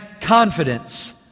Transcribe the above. confidence